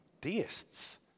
Deists